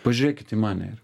pažiūrėkit į mane ir